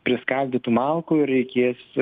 priskaldytų malkų reikės